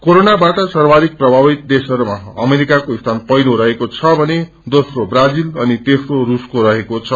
कोरोनाबाट सद्माथिक प्रभातिव देशहरूमा अमेरिक्रके सीन पहिलो रहेको छ भने दोस्रो ब्राजित अनि तेम्रो रूसको रहेको छ